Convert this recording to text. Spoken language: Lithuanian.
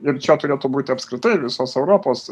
ir čia turėtų būti apskritai visos europos